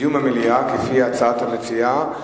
דיון במליאה, לפי הצעת המציעה.